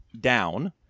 down